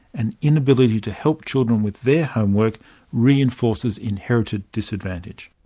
an inability to help children with their homework reinforces inherited disadvantage.